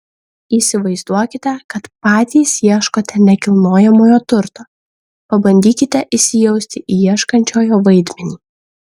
įsivaizduokite kad patys ieškote nekilnojamojo turto pabandykite įsijausti į ieškančiojo vaidmenį